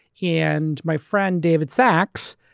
and my friend, david sacks,